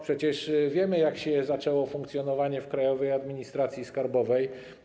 Przecież wiemy, jak się zaczęło funkcjonowanie w Krajowej Administracji Skarbowej.